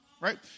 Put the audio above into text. right